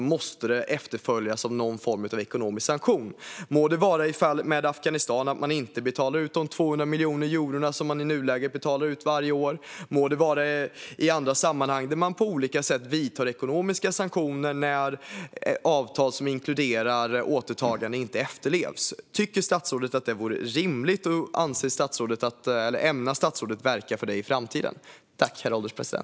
I fallet med Afghanistan kan det vara att man inte betalar ut de 200 miljoner euro som man i nuläget betalar ut varje år. I andra sammanhang kan man vidta ekonomiska sanktioner när avtal som inkluderar återtagande inte efterlevs. Tycker statsrådet att detta vore rimligt, och ämnar statsrådet verka för detta i framtiden?